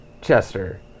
Chester